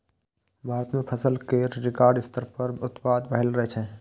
भारत मे फसल केर रिकॉर्ड स्तर पर उत्पादन भए रहल छै